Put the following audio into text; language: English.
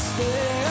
Stay